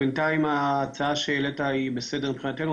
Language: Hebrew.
בינתיים, ההצעה שהעלית היא בסדר מבחינתנו.